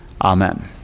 Amen